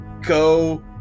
go